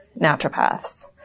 naturopaths